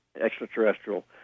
extraterrestrial